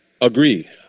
Agree